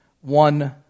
one